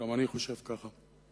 גם אני חושב ככה.